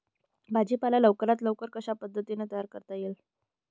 भाजी पाला लवकरात लवकर कशा पद्धतीने तयार करता येईल?